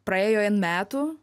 praėjo n metų